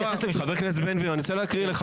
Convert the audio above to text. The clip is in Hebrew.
חבר הכנסת בן גביר, אני רוצה להקריא לך.